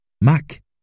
Mac